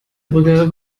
brücke